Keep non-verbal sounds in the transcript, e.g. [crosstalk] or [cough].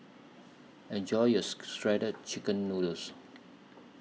Enjoy your [noise] Shredded Chicken Noodles